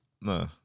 No